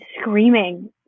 screaming